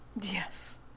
Yes